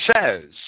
says